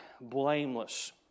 blameless